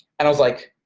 and i was like,